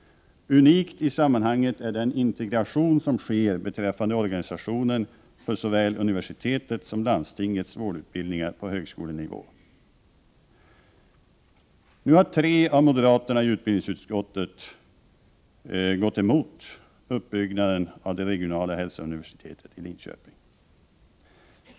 Unikt i sammanhanget är den integration som sker beträffande organisationen för såväl universitetets som landstingets vårdutbildningar på högskolenivå. Nu har tre moderater i utbildningsutskottet gått emot uppbyggnaden av det regionala hälsouniversitetet i Linköping.